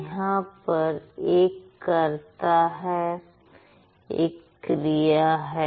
यहां पर एक करता है एक क्रिया है